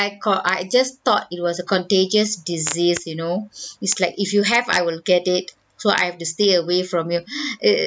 I call~ I just thought it was a contagious disease you know it's like if you have I will get it so I have to stay away from you it